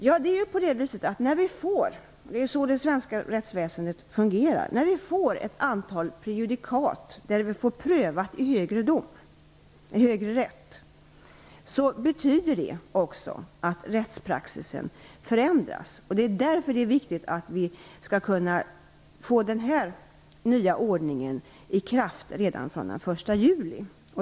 Jo, det svenska rättsväsendet fungerar så, att när vi får ett antal prejudikat där fall har prövats i högre rätt betyder det också att rättspraxis förändras. Det är därför som det är viktigt att den nya ordningen kan träda i kraft redan den 1 juli.